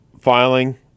filing